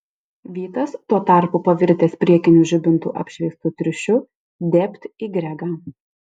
vytas tuo tarpu pavirtęs priekinių žibintų apšviestu triušiu dėbt į gregą